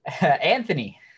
Anthony